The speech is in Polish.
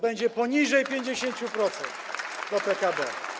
Będzie poniżej 50% do PKB.